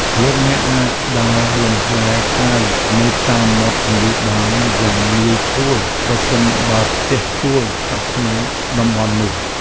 លោកអ្នកអាចដើរលំហែរកាយនៅតាមមាត់ទន្លេបានយ៉ាងងាយស្រួលប្រសិនបើផ្ទះជួលស្ថិតក្នុងតំបន់នោះ។